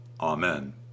Amen